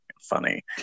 funny